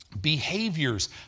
behaviors